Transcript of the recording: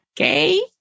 okay